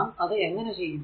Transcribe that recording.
നാം അത് എങ്ങനെ ചെയ്യും